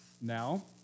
Now